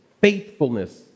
faithfulness